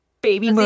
Baby